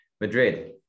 Madrid